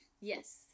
Yes